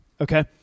Okay